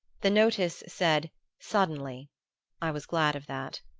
the notice said suddenly i was glad of that.